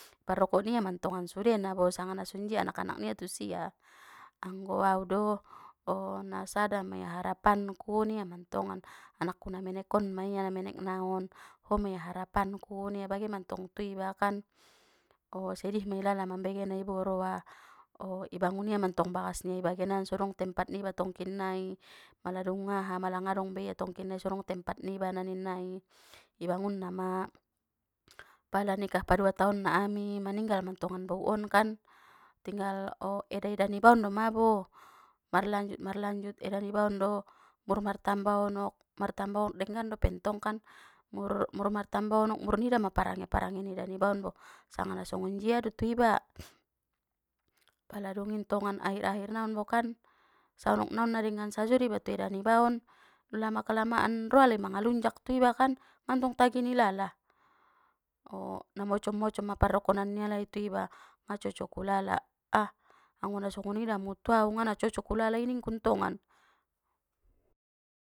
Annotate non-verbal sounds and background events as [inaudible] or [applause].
Pardokoni ia mantongan sudena bo sanga na sonjia anak-anak nia tu sia, anggo au do o na sada mia harapanku ningia mantongan anakku na manekon ma ia na menek naon ho mia harapanku ningia bagen mantong tu iba kan, o sedih ma ilala mambege na ibo roa o ibangun ia mantong bagas nia bagenan so dong tempat niba tongkinnai mala dung aha mala ngadong be ia tongkinnai sodong tempat niba na ninnai, ibangun na ma, pala nikah pa dua taonna ami maninggal mantongan bouk on kan, tinggal o eda-eda niba on doma bo marlanjut-marlanjut eda nibaon do mur martamba onok martamba onok denggan dope ntongkan mur-mur martamba onok mur nida ma parange-parange ni eda ni baon bo sanga na songonjia do tu iba [noise] pala dung intongan akhir-akhir naon bo kan saonok na on na denggan sajo do iba tu eda nibaon lama kelamaan ro alai malunjak tu ibakan ngantong tagi ni lala na o na mocom-mocom ma pardokonan ni alai tu iba ngacocok ulala ah anggo nasongoni damu tu au ngana cocok ulalai ningku ntongan.